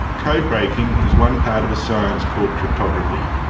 code breaking is one part of a science called cryptography,